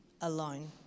alone